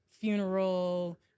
funeral